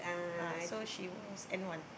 ah so she was N-one